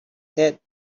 that